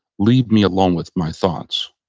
leave me alone with my thoughts.